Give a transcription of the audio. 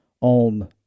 on